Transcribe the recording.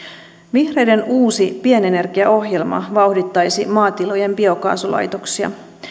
vihreiden uusi pienenergiaohjelma vauhdittaisi maatilojen biokaasulaitoksia